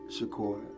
Shakur